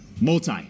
Multi